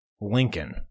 Lincoln